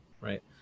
right